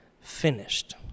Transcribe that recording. finished